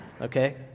okay